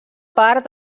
part